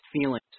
feelings